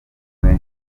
nkawe